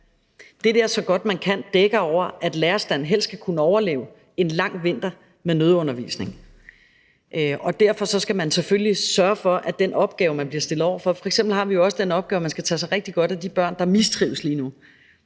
Det der »så godt, man kan« dækker over, at lærerstanden helst skal kunne overleve en lang vinter med nødundervisning. Derfor skal man selvfølgelig forholde sig til den opgave, man bliver stillet over for. F.eks. er der jo også den opgave, at man skal tage sig rigtig godt af de børn, der mistrives lige nu.